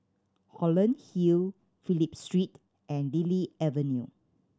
Holland Hill Phillip Street and Lily Avenue